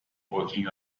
walking